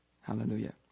Hallelujah